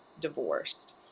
divorced